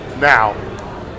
now